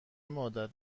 مدت